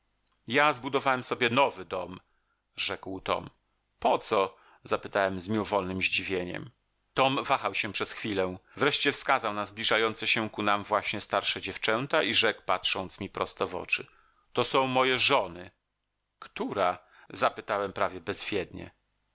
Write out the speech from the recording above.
ja zbudowałem sobie nowy dom rzekł tom po co zapytałem z mimowolnym zdziwieniem tom wahał się przez chwilę wreszcie wskazał na zbliżające się ku nam właśnie starsze dziewczęta i rzekł patrząc mi prosto w oczy to są moje żony która zapytałem prawie